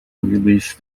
release